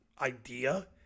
idea